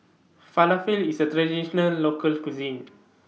Falafel IS A Traditional Local Cuisine